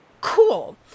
Cool